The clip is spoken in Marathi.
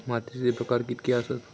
मातीचे प्रकार कितके आसत?